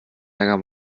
ärger